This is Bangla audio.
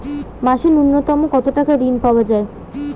মাসে নূন্যতম কত টাকা ঋণ পাওয়া য়ায়?